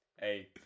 hey